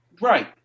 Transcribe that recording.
Right